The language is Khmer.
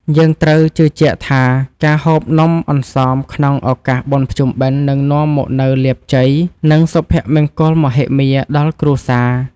យើងត្រូវជឿជាក់ថាការហូបនំអន្សមក្នុងឱកាសបុណ្យភ្ជុំបិណ្ឌនឹងនាំមកនូវលាភជ័យ និង សុភមង្គលមហិមាដល់គ្រួសារ។